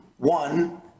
One